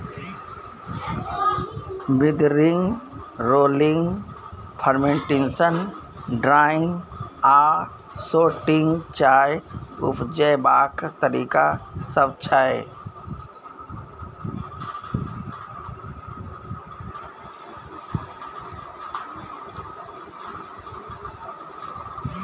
withering, rolling, fermentation, drying आ sorting चाय उपजेबाक तरीका सब छै